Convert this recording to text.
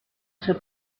sua